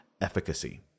efficacy